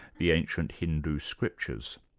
the ancient hindu scriptures.